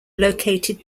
located